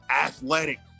athletic